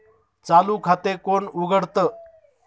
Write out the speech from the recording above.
चालू खाते कोण उघडतं?